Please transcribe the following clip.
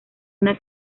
una